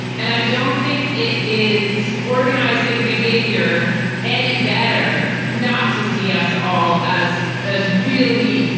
and i don't think it is organizing behavior any better not to see us all as as really,